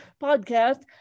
podcast